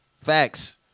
Facts